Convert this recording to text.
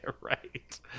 right